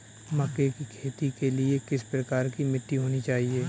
मक्के की खेती के लिए किस प्रकार की मिट्टी होनी चाहिए?